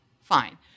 Fine